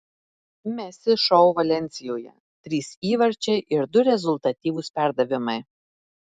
messi šou valensijoje trys įvarčiai ir du rezultatyvūs perdavimai